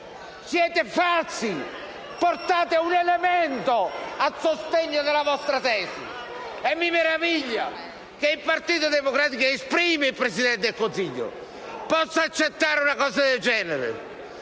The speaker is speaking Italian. siete falsi. Portate un elemento a sostegno della vostra tesi! E mi meraviglia che il Partito Democratico, che esprime il Presidente del Consiglio, possa accettare una cosa del genere.